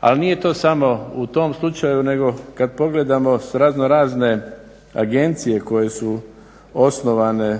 Ali nije to samo u tom slučaju nego kad pogledamo raznorazne agencije koje su osnovane